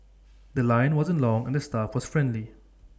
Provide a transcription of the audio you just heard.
The Line wasn't long and the staff was friendly